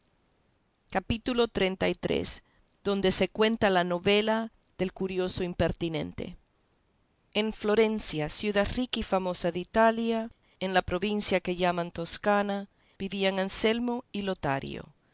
capítulo xxxiii donde se cuenta la novela del curioso impertinente en florencia ciudad rica y famosa de italia en la provincia que llaman toscana vivían anselmo y lotario